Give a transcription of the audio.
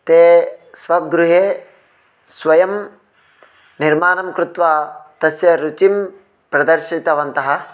ते स्वग्गृहे स्वयं निर्माणं कृत्वा तस्य रुचिं प्रदर्शितवन्तः